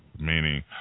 meaning